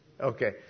Okay